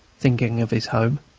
thinking of his home.